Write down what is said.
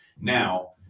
now